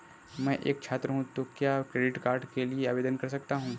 मैं एक छात्र हूँ तो क्या क्रेडिट कार्ड के लिए आवेदन कर सकता हूँ?